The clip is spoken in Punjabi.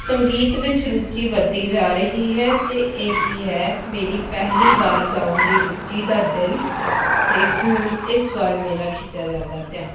ਸੰਗੀਤ ਵਿੱਚ ਰੁਚੀ ਵੱਧਦੀ ਜਾ ਰਹੀ ਹੈ ਅਤੇ ਇਹੀ ਹੈ ਮੇਰੀ ਪਹਿਲੀ ਵਾਰ ਗਾਉਣ ਦੀ ਰੁਚੀ ਦਾ ਦਿਨ ਅਤੇ ਹੁਣ ਇਸ ਵੱਲ ਮੇਰਾ ਖਿੱਚਿਆ ਜਾਂਦਾ ਧਿਆਨ